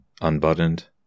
unbuttoned